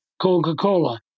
Coca-Cola